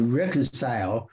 reconcile